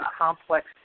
complex